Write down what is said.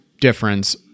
difference